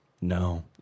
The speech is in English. No